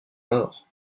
mort